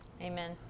Amen